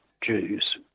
Jews